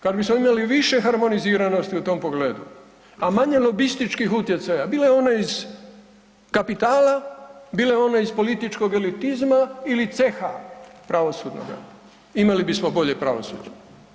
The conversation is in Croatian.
Kad bismo imali više harmoniziranosti u tom pogledu, a manje lobističkih utjecaja, bile one iz kapitala, bile one iz političkog elitizma ili ceha pravosudnoga, imali bismo bolje pravosuđe.